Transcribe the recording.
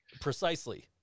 Precisely